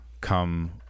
come